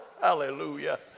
Hallelujah